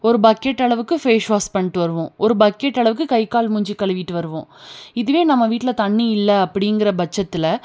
ஒரு பக்கெட் அளவுக்கு face wash பண்ணிட்டு வருவோம் ஒரு பக்கெட் அளவுக்கு கைக்கால் மூஞ்சு கழுவிட்டு வருவோம் இதுவே நம்ம வீட்டில் தண்ணி இல்லை அப்படிங்கிற பட்சத்தில்